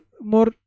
more